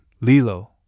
Lilo